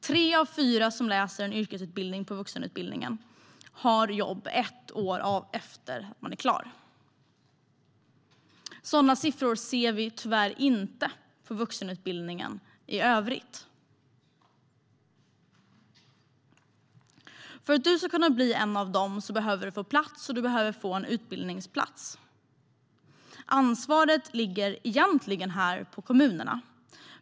Tre av fyra som läser en yrkesutbildning på komvux har jobb ett år efter att de är klara. Sådana siffror ser vi tyvärr inte för vuxenutbildningen i övrigt. För att du ska kunna bli en av dem behöver du få en utbildningsplats. Ansvaret för detta ligger egentligen på kommunerna.